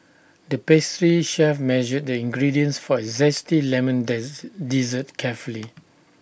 the pastry chef measured the ingredients for A Zesty Lemon death dessert carefully